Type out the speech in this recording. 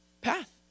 path